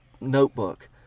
notebook